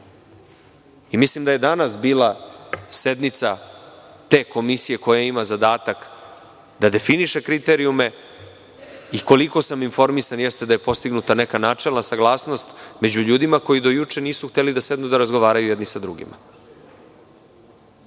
Mislim da je danas bila sednica te komisije koja ima zadatak da definiše kriterijume i koliko sam informisan, jeste da je postignuta neka načelna saglasnost među ljudima koji do juče nisu hteli da sednu da razgovaraju jedni sa drugima.